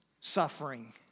suffering